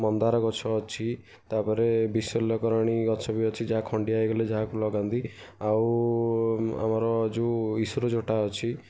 ମନ୍ଦାର ଗଛ ଅଛି ତା'ପରେ ବିଶଲ୍ୟକରଣୀ ଗଛ ବି ଅଛି ଯାହା ଖଣ୍ଡିଆ ହୋଇଗଲେ ଯାହାକୁ ଲଗାନ୍ତି ଆଉ ଆମର ଯେଉଁ ଈଶ୍ୱର ଝଟା ଅଛି